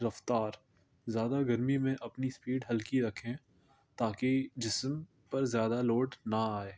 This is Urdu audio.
رفتار زیادہ گرمی میں اپنی اسپیڈ ہلکی رکھیں تاکہ جسم پر زیادہ لوڈ نہ آئے